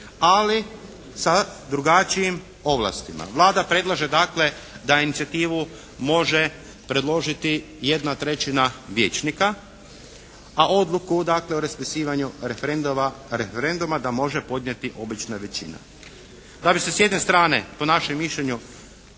ali sa drugačijim ovlasti. Vlada predlaže dakle da inicijativu može predložiti 1/3 vijećnika, a odluku dakle o raspisivanju referenduma da može podnijeti obična većina. Da bi se s jedne strane po našem mišljenju